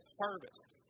harvest